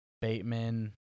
Bateman